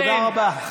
תודה רבה.